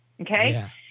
Okay